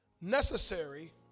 necessary